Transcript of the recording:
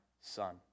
son